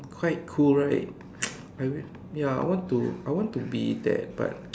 quite cool right I will ya I want to I want to be that but